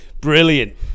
Brilliant